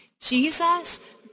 Jesus